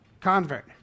convert